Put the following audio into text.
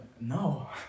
no